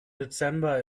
dezember